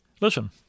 Listen